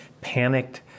panicked